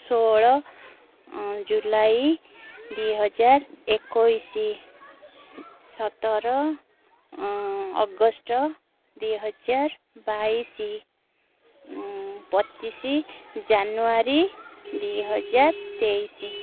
ଷୋହଳ ଜୁଲାଇ ଦୁଇ ହଜାର ଏକୋଇଶି ସତର ଅଗଷ୍ଟ ଦୁଇ ହଜାର ବାଇଶି ପଚିଶି ଜାନୁୟାରୀ ଦୁଇ ହଜାର ତେଇଶି